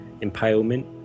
impalement